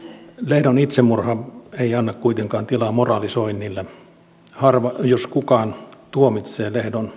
lehdon itsemurha ei anna kuitenkaan tilaa moralisoinnille harva jos kukaan tuomitsee lehdon